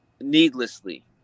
needlessly